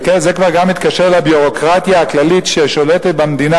וזה גם מתקשר לביורוקרטיה הכללית ששולטת במדינה,